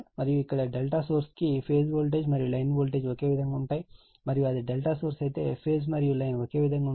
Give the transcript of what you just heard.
మరియు ఇక్కడ ∆ సోర్స్ కి ఫేజ్ వోల్టేజ్ మరియు లైన్ వోల్టేజ్ ఒకే విధంగా ఉంటాయి మరియు అది ∆ సోర్స్ అయితే ఫేజ్ మరియు లైన్ ఒకే విధంగా ఉంటాయి